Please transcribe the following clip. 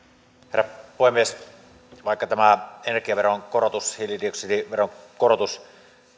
herra puhemies vaikka tämä energiaveron korotus hiilidioksidiveron korotus